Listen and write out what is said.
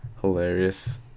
Hilarious